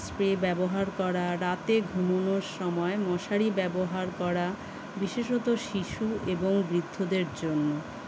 spray ব্যবহার করা রাতে ঘুমোনোর সময় মশারি ব্যবহার করা বিশেষত শিশু এবং বৃদ্ধদের জন্য